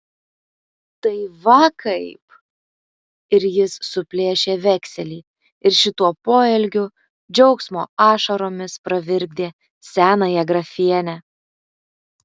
tai va kaip ir jis suplėšė vekselį ir šituo poelgiu džiaugsmo ašaromis pravirkdė senąją grafienę